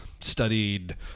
studied